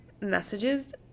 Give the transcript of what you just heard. messages